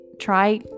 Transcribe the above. try